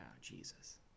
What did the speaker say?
Jesus